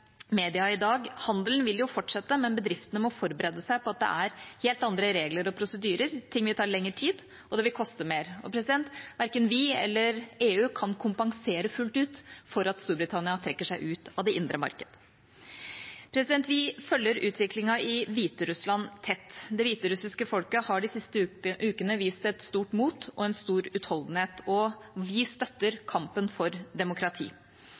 i dag: Handelen vil jo fortsette, men bedriftene må forberede seg på at det er helt andre regler og prosedyrer, at ting vil ta lengre tid, og at det vil koste mer. Og verken vi eller EU kan kompensere fullt ut for at Storbritannia trekker seg ut av det indre marked. Vi følger utviklingen i Hviterussland tett. Det hviterussiske folket har de siste ukene vist et stort mot og en stor utholdenhet, og vi støtter kampen for demokrati.